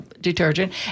detergent